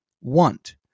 want